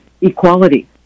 equality